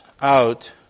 out